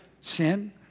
sin